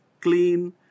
clean